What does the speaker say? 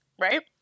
Right